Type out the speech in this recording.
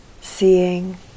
seeing